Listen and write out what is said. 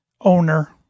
owner